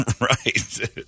right